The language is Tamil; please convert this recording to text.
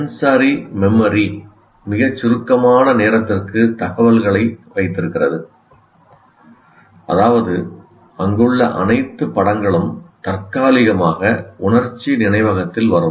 சென்ஸரி மெமரி மிகச் சுருக்கமான நேரத்திற்கு தகவல்களை வைத்திருக்கிறது அதாவது அங்குள்ள அனைத்து படங்களும் தற்காலிகமாக உணர்ச்சி நினைவகத்தில் வரும்